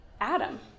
Adam